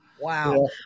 Wow